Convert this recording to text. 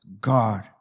God